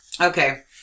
Okay